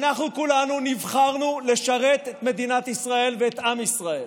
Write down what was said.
אנחנו כולנו נבחרנו לשרת את מדינת ישראל ואת עם ישראל